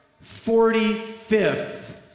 forty-fifth